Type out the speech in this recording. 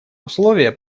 условия